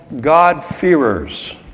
God-fearers